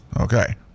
Okay